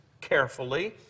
carefully